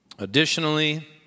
Additionally